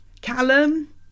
Callum